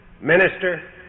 minister